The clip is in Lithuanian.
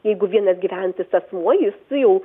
jeigu vienas gyvenantis asmuo jis jau